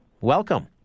Welcome